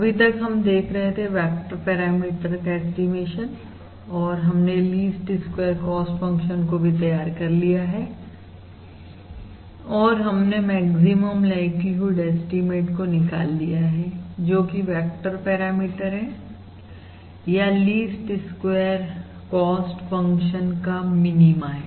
अभी तक हम देख रहे थे वेक्टर पैरामीटर का ऐस्टीमेशन और हमने लीस्ट स्क्वेयर कॉस्ट फंक्शन को भी तैयार कर लिया है और हमने मैक्सिमम लाइक्लीहुड ऐस्टीमेट को निकाल लिया है जो कि वेक्टर पैरामीटर है या लीस्ट स्क्वेयर कॉस्ट फंक्शन का मिनीमा है